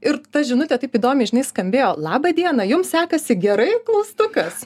ir ta žinutė taip įdomiai žinai skambėjo laba diena jums sekasi gerai klaustukas